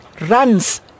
runs